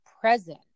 present